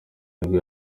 nibwo